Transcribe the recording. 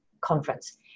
conference